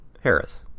Harris